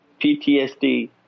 PTSD